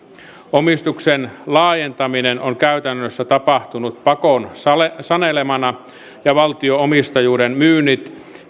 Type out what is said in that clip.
omistuksen laajentaminen on käytännössä tapahtunut pakon sanelemana ja valtio omistajuuden myynnit